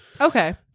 Okay